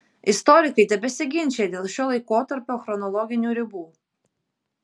istorikai tebesiginčija dėl šio laikotarpio chronologinių ribų